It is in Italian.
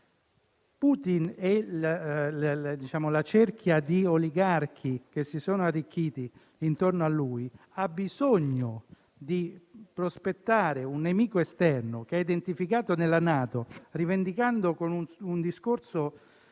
insieme alla cerchia di oligarchi che si sono arricchiti intorno a lui, ha bisogno di prospettare un nemico esterno, che ha identificato nella NATO, rivendicando, con un discorso